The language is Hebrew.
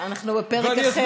אנחנו בפרק אחר בהיסטוריה.